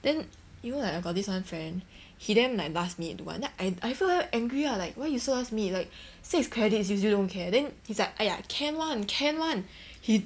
then you know like I got this one friend he damn like last minute do [one] then I I feel very angry lah like why you so last minute like six credits you still don't care then he's like !aiya! can [one] can [one] he